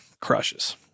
crushes